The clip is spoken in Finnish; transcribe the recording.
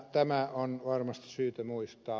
tämä on varmasti syytä muistaa